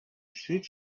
street